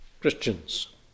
Christians